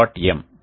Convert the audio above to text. m est